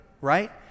right